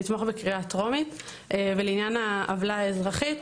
לתמוך בקריאה טרומית ולעניין העוולה האזרחית,